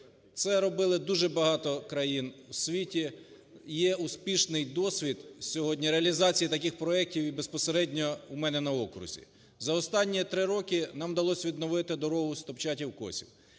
Це робили дуже багато країн у світі. Є успішний досвід сьогодні реалізація таких проектів і безпосередньо у мене на окрузі. За останні 3 роки нам вдалося відновити дорогу Стопчатів-Косів,